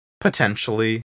Potentially